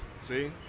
See